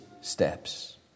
steps